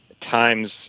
times